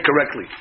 correctly